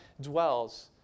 dwells